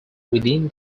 within